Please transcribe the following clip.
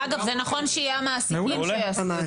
אגב, זה נכון שהמעסיקים יעשו את זה.